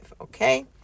okay